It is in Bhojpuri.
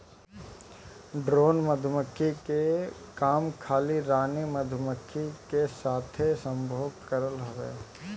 ड्रोन मधुमक्खी के काम खाली रानी मधुमक्खी के साथे संभोग करल हवे